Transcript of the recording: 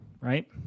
Right